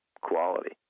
quality